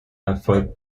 erfolg